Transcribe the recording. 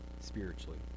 spiritually